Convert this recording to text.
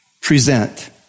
present